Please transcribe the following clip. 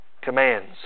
commands